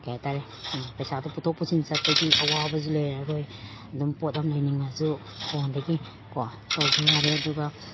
ꯀꯩ ꯍꯥꯏꯇꯔꯦ ꯄꯩꯁꯥꯗꯨ ꯄꯨꯊꯣꯛ ꯄꯨꯁꯤꯟ ꯆꯠꯄꯒꯤ ꯑꯋꯥꯕꯁꯨ ꯂꯩꯔꯔꯣꯏ ꯑꯗꯨꯝ ꯄꯣꯠ ꯑꯃ ꯂꯩꯅꯤꯡꯉꯁꯨ ꯐꯣꯟꯗꯒꯤꯀꯣ ꯇꯧꯕ ꯌꯥꯔꯦ ꯑꯗꯨꯒ